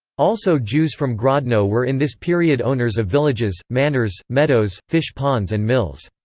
also jews from grodno were in this period owners of villages, manors, meadows, fish ponds and mills.